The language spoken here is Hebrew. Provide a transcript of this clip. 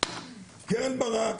קרן ברק,